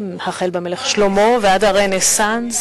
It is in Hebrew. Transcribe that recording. מהמלך שלמה ועד הרנסנס,